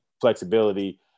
flexibility